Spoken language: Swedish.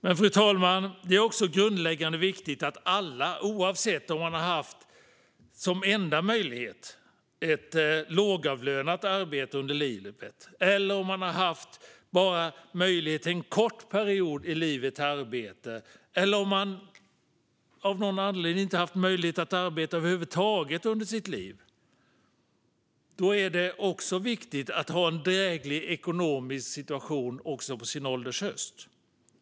Det grundläggande är att alla kan ha en dräglig ekonomisk situation på sin ålders höst, oavsett om man som enda möjlighet har haft ett lågavlönat arbete under livet, om man bara haft möjlighet att arbeta en kort period av livet eller om man av någon anledning över huvud taget inte har haft möjlighet att arbeta under sitt liv.